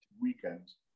weekends